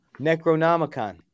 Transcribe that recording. Necronomicon